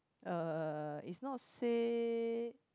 uh is not say